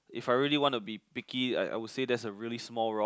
if I really want to be picky I I would say that's a really small rock